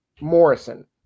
Morrison